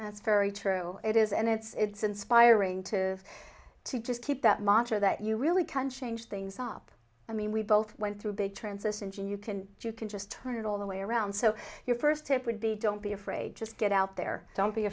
that's very true it is and it's inspiring to to just keep that monster that you really can change things up i mean we both went through a big trance us engine you can do you can just turn it all the way around so your first tip would be don't be afraid just get out there don't be